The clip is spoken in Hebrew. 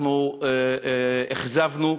אנחנו אכזבנו,